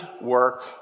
work